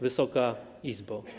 Wysoka Izbo!